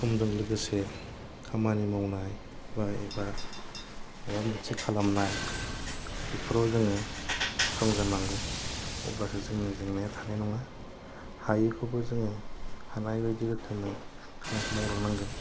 सम जों लोगोसे खामानि मावनाय बा एबा माबा मोनसे खालामनाय बेफोराव जोङो समजों नांगौ अब्लासो जोंनि जेंनाया थानाय नङा हायैखौबो जोङो हानाय बादि रोखोमनि खामानिखौ मावलांनांगोन